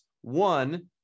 One